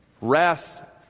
Wrath